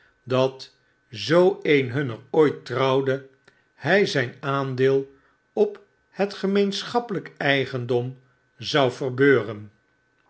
dat zoo een hunner ooit trouwde hij zyn aandeelophet gemeenschappelykeigendom zou verbeuren